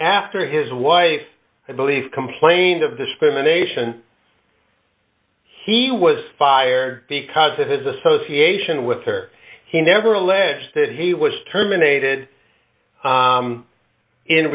after his wife i believe complained of discrimination he was fired because of his association with her he never alleged that he was terminated